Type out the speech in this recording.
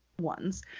ones